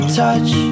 touch